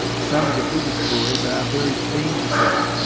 some of the biggest boys are very keen to settle.